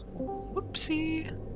Whoopsie